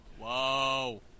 Whoa